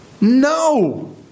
No